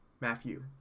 Matthew